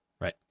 Right